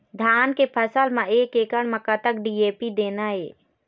धान के फसल म एक एकड़ म कतक डी.ए.पी देना ये?